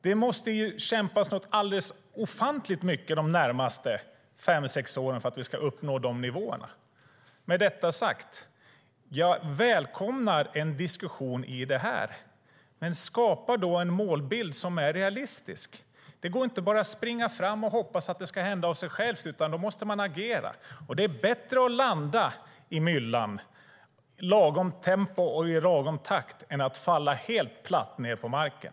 Det måste kämpas något ofantligt mycket de närmaste fem, sex åren för att vi ska uppnå de nivåerna. Med detta sagt välkomnar jag en diskussion om det. Men skapa då en målbild som är realistisk. Det går inte att bart springa fram och hoppas att det ska hända av sig självt, utan man måste agera. Det är bättre att landa i myllan i lagom tempo och i lagom takt än att falla helt platt ned på marken.